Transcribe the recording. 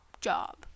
job